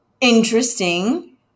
interesting